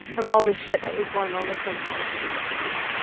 of all the shit that was going on with him and all the things that he